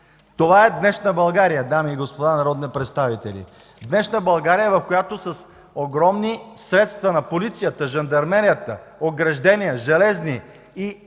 Това е днешна България, дами и господа народни представители! Днешна България, в която с огромни средства на полицията, жандармерията – железни ограждения,